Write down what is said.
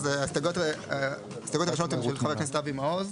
ההסתייגויות הראשונות הן של חבר הכנסת אבי מעוז,